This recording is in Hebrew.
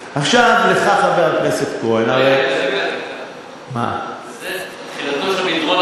לך, חבר הכנסת כהן, הרי, רגע, רגע, רגע.